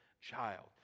child